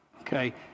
Okay